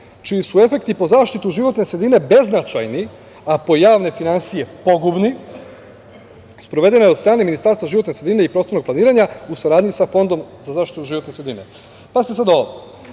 čiji su efekti po zaštitu životne sredine beznačajni, a po javne finansije pogubni, sprovedena je od strane Ministarstva životne sredine i prostornog planiranja u saradnji sa Fondom za zaštitu životne sredine.“Pazite sad ovo,